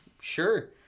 Sure